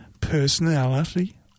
personality